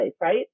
right